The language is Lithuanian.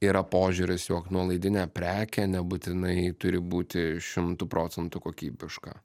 yra požiūris jog nuolaidinė prekė nebūtinai turi būti šimtu procentų kokybiška